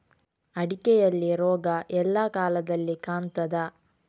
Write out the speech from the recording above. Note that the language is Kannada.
ಅಡಿಕೆಯಲ್ಲಿ ರೋಗ ಎಲ್ಲಾ ಕಾಲದಲ್ಲಿ ಕಾಣ್ತದ?